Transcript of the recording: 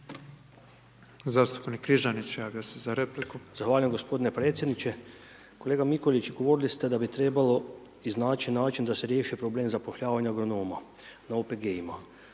**Križanić, Josip (HDZ)** Zahvaljujem g. predsjedniče. Kolega Mikulić, govorili ste da bi trebalo iznaći način da se riješi problem zapošljavanje agronoma na OPG-ima.